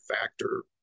factor